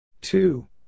Two